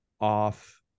off